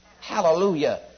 Hallelujah